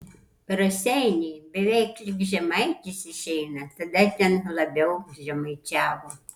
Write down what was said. raseiniai beveik lyg žemaitis išeina tada ten labiau žemaičiavo